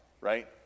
right